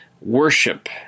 worship